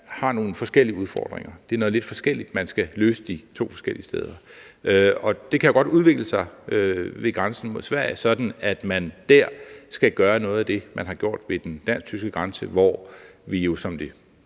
har nogle forskellige udfordringer. Det er noget lidt forskelligt, man skal løse de to forskellige steder. Og det kan jo godt udvikle sig ved grænsen mod Sverige, sådan at man dér skal gøre noget af det, man har gjort ved den dansk-tyske grænse, hvor vi, som det